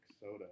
soda